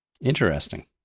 Interesting